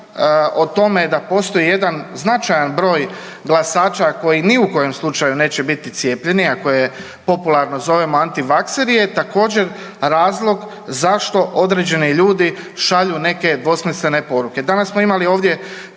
o tome da postoji jedan značajan broj glasača koji ni u kojem slučaju neće biti cijepljeni, a koje popularno zovemo antivakseri je također razlog zašto određeni ljudi šalju neke dvosmislene poruke. Danas smo imali ovdje